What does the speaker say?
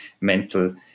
mental